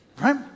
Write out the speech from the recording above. Right